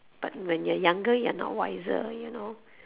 but when you are younger you are not wiser you know